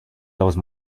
those